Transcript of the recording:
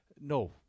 No